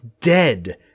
Dead